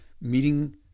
meeting